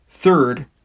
Third